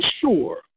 sure